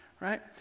right